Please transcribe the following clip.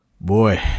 boy